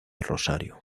rosario